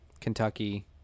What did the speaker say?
Kentucky